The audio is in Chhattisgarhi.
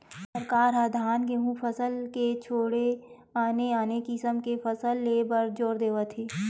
सरकार ह धान, गहूँ फसल के छोड़े आने आने किसम के फसल ले बर जोर देवत हे